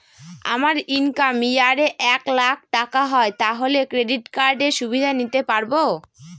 আমার income year এ এক লাক টাকা হয় তাহলে ক্রেডিট কার্ড এর সুবিধা নিতে পারবো?